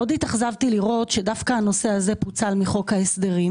מאוד התאכזבתי לראות שדווקא הנושא הזה פוצל מחוק ההסדרים